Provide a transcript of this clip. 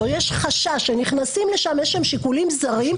או יש חשש שנכנסים לשם איזה שיקולים זרים,